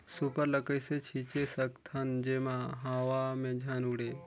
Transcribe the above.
Super ल कइसे छीचे सकथन जेमा हवा मे झन उड़े?